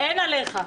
אין עליך.